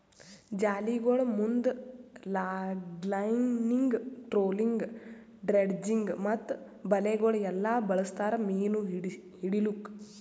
ಜಾಲಿಗೊಳ್ ಮುಂದ್ longlining, trolling, dredging ಮತ್ತ ಬಲೆಗೊಳ್ ಎಲ್ಲಾ ಬಳಸ್ತಾರ್ ಮೀನು ಹಿಡಿಲುಕ್